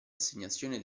assegnazione